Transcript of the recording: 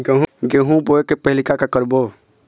गेहूं बोए के पहेली का का करबो?